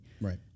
Right